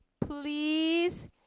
Please